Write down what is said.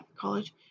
college